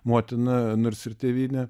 motina nors ir tėvynė